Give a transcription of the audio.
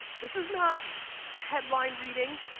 this is not headline reading,